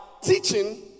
teaching